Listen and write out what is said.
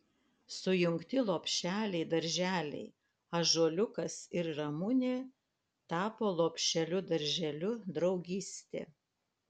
sujungti lopšeliai darželiai ąžuoliukas ir ramunė tapo lopšeliu darželiu draugystė